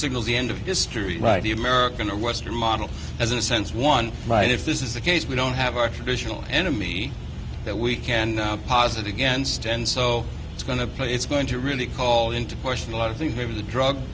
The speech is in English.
signals the end of history right the american or western model as in a sense one right if this is the case we don't have our traditional enemy that we can posit against and so it's going to play it's going to really call into question a lot of things maybe that drug